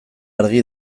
argi